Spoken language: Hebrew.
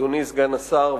אדוני סגן השר,